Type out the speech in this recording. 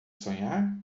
sonhar